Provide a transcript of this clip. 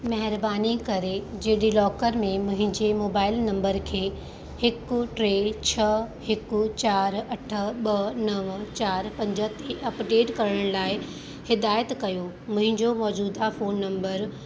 महिरबानी करे जिडीलॉकरे में मुहिंजे मोबाइल नम्बर खे हिकु टे छह हिकु चारि अठ ॿ नवं चारि पंज ते अपडेट करण लाइ हिदाइतु कयो मुंहिंजो मौजूदह फ़ोन नम्बर